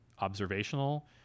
observational